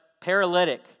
paralytic